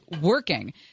working